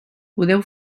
podeu